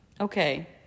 Okay